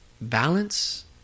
balance